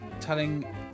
telling